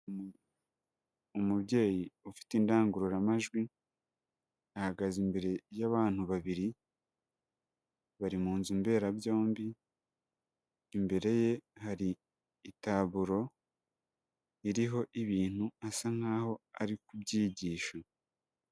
Umubyeyi ufite indangururamajwi, ahagaze imbere y'abantu babiri bari mu nzu mberabyombi, imbere ye hari itaburo iriho ibintu asa nk'aho ari kubyigisha.